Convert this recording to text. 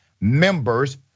members